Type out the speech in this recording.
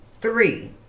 Three